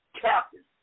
captain